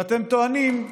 ואתם טוענים,